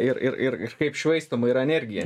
ir ir ir ir kažkaip švaistoma yra energija